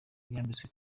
yambitswe